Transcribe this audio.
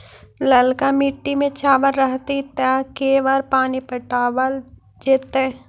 ललका मिट्टी में चावल रहतै त के बार पानी पटावल जेतै?